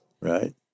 Right